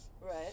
Right